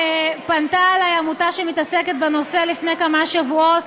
פנתה אלי עמותה שעוסקת בנושא לפני כמה שבועות,